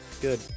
Good